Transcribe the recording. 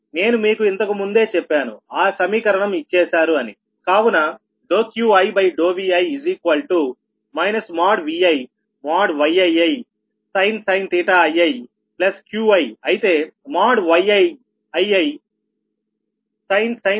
నేను మీకు ఇంతకు ముందే చెప్పాను ఆ సమీకరణం ఇచ్చేశారు అని కావున QiVi ViYiisin ii Qiఅయితే Yiisin ii Bii